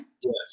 yes